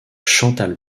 chantal